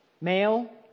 Male